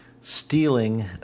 stealing